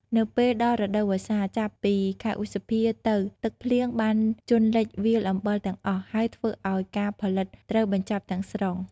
នៅពេលដល់រដូវវស្សា ចាប់ពីខែឧសភាទៅ ទឹកភ្លៀងបានជន់លិចវាលអំបិលទាំងអស់ ហើយធ្វើឲ្យការផលិតត្រូវបញ្ឈប់ទាំងស្រុង។